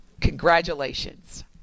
Congratulations